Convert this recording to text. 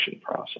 process